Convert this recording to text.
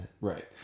Right